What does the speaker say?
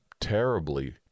terribly